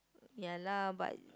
ya lah but